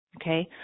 okay